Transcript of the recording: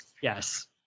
yes